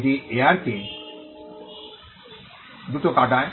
এটি এয়ারকে দ্রুত কাটায়